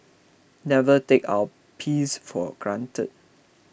never take our peace for granted